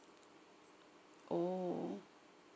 oh